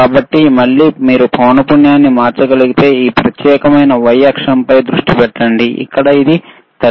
కాబట్టి మళ్ళీ మీరు పౌనపున్యంని మార్చగలిగితే ఈ ప్రత్యేకమైన y అక్షంపై దృష్టి పెట్టండి ఇక్కడ ఇది 33